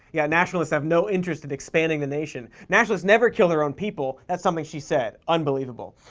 yeah, nationalists have no interest in expanding the nation. nationalists never kill their own people. that's something she said. unbelievable.